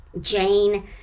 Jane